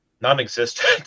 non-existent